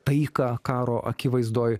taiką karo akivaizdoj